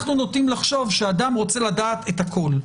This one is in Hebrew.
אנחנו נוטים לחשוב שאדם רוצה לדעת את הכול,